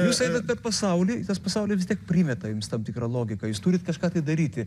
jūs einat per pasaulį ir tas pasaulis vis tiek primeta jums tam tikrą logiką jūs turit kažką tai daryti